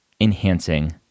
enhancing